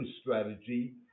strategy